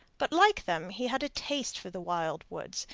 but like them he had a taste for the wild woods,